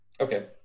Okay